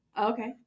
Okay